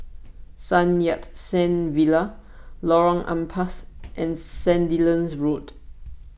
Sun Yat Sen Villa Lorong Ampas and Sandilands Road